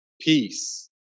peace